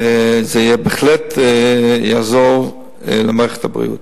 וזה בהחלט יעזור למערכת הבריאות,